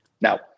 Now